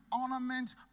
ornament